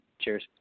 Cheers